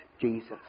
Jesus